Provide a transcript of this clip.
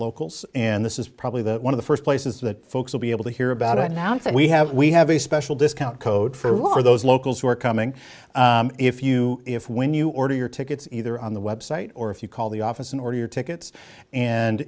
locals and this is probably the one of the first places that folks will be able to hear about it now that we have we have a special discount code for those locals who are coming if you if when you order your tickets either on the website or if you call the office in order to kits and